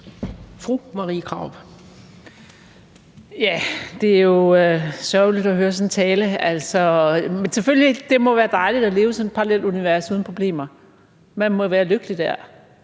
Marie Krarup (DF): Det er jo sørgeligt at høre sådan en tale. Men det må selvfølgelig være dejligt at leve i sådan et parallelunivers uden problemer. Man må være lykkelig der